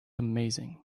amazing